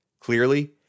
Clearly